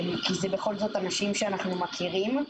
זה בכל זאת אנשים שאנחנו מכירים.